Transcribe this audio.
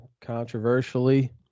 controversially